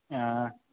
अयँ